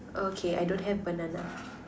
okay I don't have banana